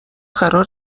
قرار